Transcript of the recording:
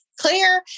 clear